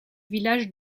village